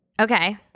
Okay